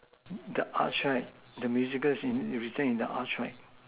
the us right the musical is in written in the us right